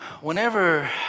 Whenever